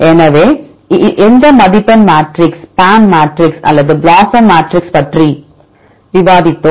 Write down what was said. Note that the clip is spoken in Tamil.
எனவே எந்த மதிப்பெண் மேட்ரிக்ஸ் PAM மேட்ரிக்ஸ் அல்லது BLOSUM மேட்ரிக்ஸ் பற்றி விவாதித்தோம்